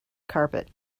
carpet